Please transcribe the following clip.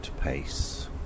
pace